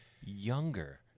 younger